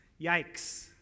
yikes